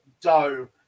dough